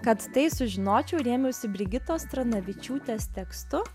kad tai sužinočiau rėmiausi brigitos tranavičiūtės tekstu